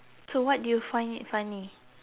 so what do you find it funny